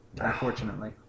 unfortunately